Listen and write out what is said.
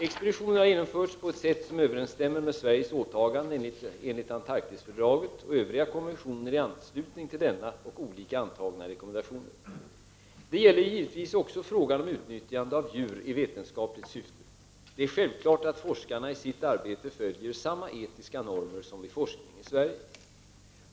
Expeditionen har genomförts på ett sätt som överensstämmer med Sveriges åtaganden enligt Antarktisfördraget och övriga konventioner i anslutning till denna och olika antagna rekommendationer. Detta gäller givetvis även frågan om utnyttjande av djur i vetenskapligt syfte. Det är självklart att forskarna i sitt arbete följer samma etiska normer som vid forskning i Sverige.